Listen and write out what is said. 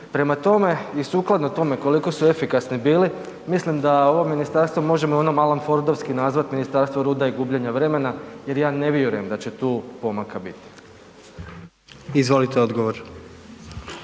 Prema tome i sukladno tome koliko su efikasni bili mislim da ovo ministarstvo možemo ono alanfordovski nazvat, Ministarstvo ruda i gubljenja vremena jer ja ne vjerujem da će tu pomaka biti. **Jandroković,